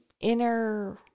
inner